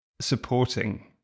supporting